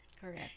Correct